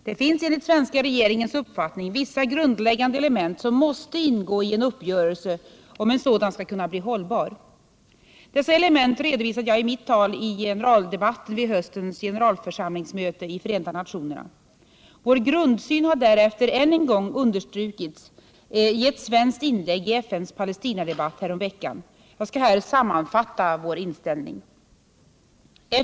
Det finns enligt svenska regeringens uppfattning vissa grundläggande element, som måste ingå i en uppgörelse om en sådan skall kunna bli hållbar. Dessa element redovisade jag i mitt tal i generaldebatten vid höstens generalförsamlingsmöte i Förenta nationerna. Vår grundsyn har därefter än en gång understrukits i ett svenskt inlägg i FN:s Paléöstinadebatt häromveckan. Jag skall här sammanfatta vår inställning.